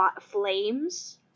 flames